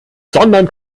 sondern